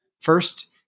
First